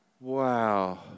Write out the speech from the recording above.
Wow